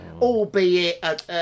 albeit